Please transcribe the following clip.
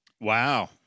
Wow